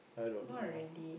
I don't know